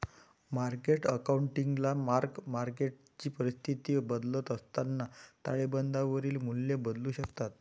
market अकाउंटिंगला mark मार्केटची परिस्थिती बदलत असताना ताळेबंदावरील मूल्ये बदलू शकतात